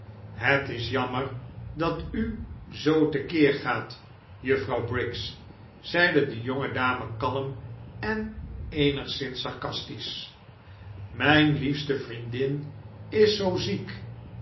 het is jammer dat u zoo te keer gaat juffrouw briggs zeide de jonge dame kalm en eenigszins sarcastisch mijn liefste vriendin is zoo ziek